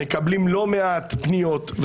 מקבל לא מעט פניות,